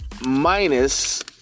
Minus